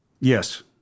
Yes